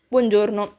Buongiorno